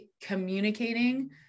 communicating